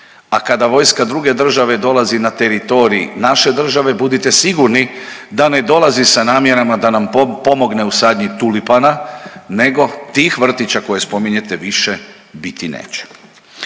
a kada vojska druge države dolazi na teritorij naše države budite sigurni da ne dolazi sa namjerama da nam pomogne u sadnji tulipana nego tih vrtića koje spominjete više biti neće.